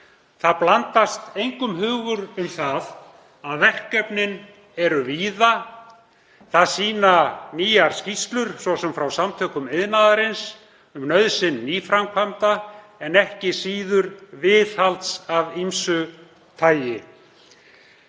Það blandast engum hugur um að verkefnin eru víða. Það sýna nýjar skýrslur, svo sem frá Samtökum iðnaðarins, um nauðsyn nýframkvæmda, en ekki síður viðhalds af ýmsu tagi.